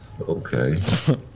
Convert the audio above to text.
Okay